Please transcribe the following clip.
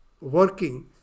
working